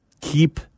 keep